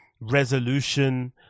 resolution